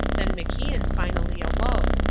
then macian finally awoke,